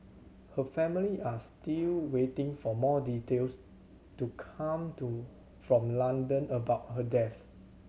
her family are still waiting for more details to come to from London about her death